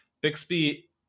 Bixby